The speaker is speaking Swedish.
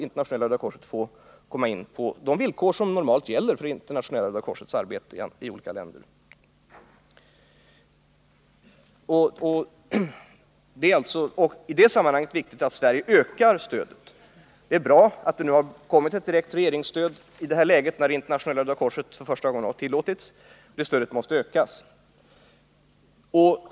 Internationella röda korset måste alltså få komma in i Östtimor på de villkor som normalt gäller för organisationens arbete i olika länder. Det är i det sammanhanget viktigt att Sverige ökar stödet. Det är bra att det nu har kommit ett direkt regeringsstöd i ett skede då Internationella röda korset för första gången tillåts hjälpa. Det stödet måste ökas.